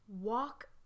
walk